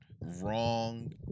wrong